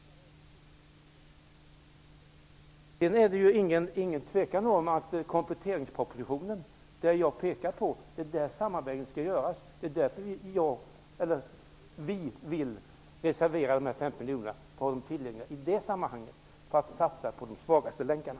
Det råder ingen tvekan om att det är i kompletteringspropositionen som sammanvägningen skall göras. Det är därför som vi vill reservera dessa 50 miljoner för att fördelas i det sammanhanget och satsas på de svagaste länkarna.